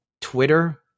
Twitter